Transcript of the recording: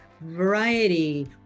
variety